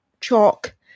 chalk